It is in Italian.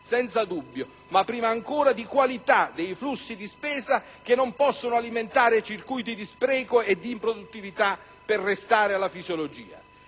una questione di qualità dei flussi di spesa, che non possono alimentare circuiti di spreco e di improduttività, per restare alla fisiologia.